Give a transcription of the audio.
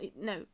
No